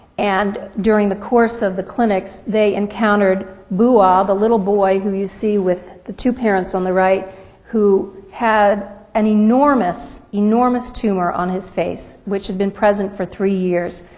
and during the course of the clinics they encountered boi, ah the little boy who you see with the two parents on the right who had an enormous, enormous tumor on his face which had been present for three years.